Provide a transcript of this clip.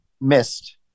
missed